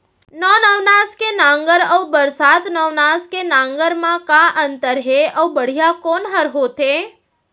नौ नवनास के नांगर अऊ बरसात नवनास के नांगर मा का अन्तर हे अऊ बढ़िया कोन हर होथे?